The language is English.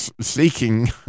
seeking